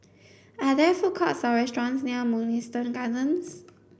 are there food courts or restaurants near Mugliston Gardens